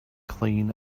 clean